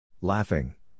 Laughing